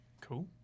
Cool